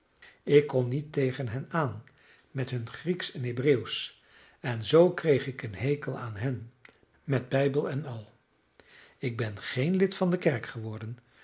ik kon niet tegen hen aan met hun grieksch en hebreeuwsch en zoo kreeg ik een hekel aan hen met bijbel en al ik ben geen lid van de kerk geworden